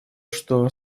что